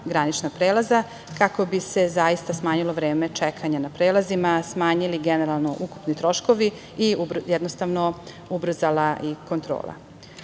granična prelaza kako bi se zaista smanjilo vreme čekanja na prelazima, smanjili generalno ukupni troškovi i jednostavno ubrzala i kontrola.U